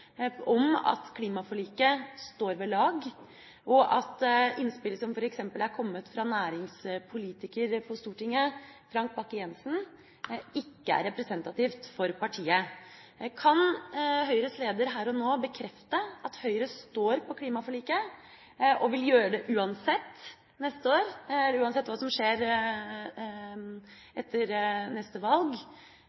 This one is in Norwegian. at klimaforliket står ved lag, og at innspillet som f.eks. har kommet fra næringspolitiker Frank Bakke-Jensen på Stortinget, ikke er representativt for partiet. Kan Høyres leder her og nå bekrefte at Høyre står på klimaforliket og vil gjøre det uansett hva som skjer etter neste